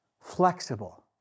Flexible